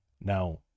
Now